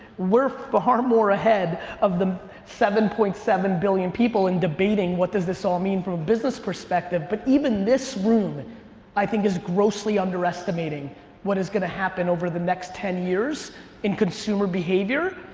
we're far more ahead of the seven point seven billion people in debating what does this all mean from a business perspective, but even this room i think is grossly underestimating what is gonna happen over the next ten years in consumer behavior,